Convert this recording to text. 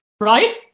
right